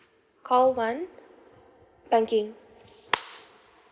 call one banking